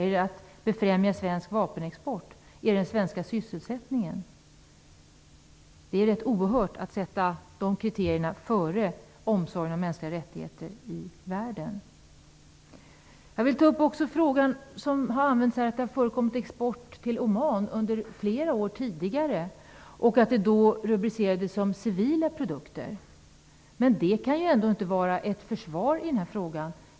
Är det att befrämja svensk vapenexport? Är det den svenska sysselsättningen? Det är rätt oerhört att sätta de kriterierna före omsorgen om mänskliga rättigheter i världen. Jag vill också ta upp frågan om att det har förekommit export till Oman under flera år tidigare, och att detta då rubricerades som civila produkter. Men det kan ju inte vara ett försvar i den här frågan.